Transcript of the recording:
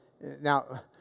now